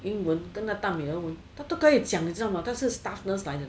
英文跟他大女儿他都可以讲的你知道吗她是 staff nurse 来的